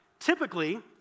Typically